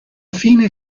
fine